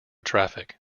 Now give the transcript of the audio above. traffic